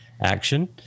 action